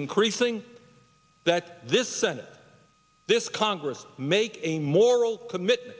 increasing that this senate this congress make a moral commitment